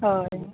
हय